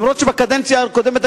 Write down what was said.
אף-על-פי שבקדנציה הקודמת,